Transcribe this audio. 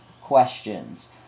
questions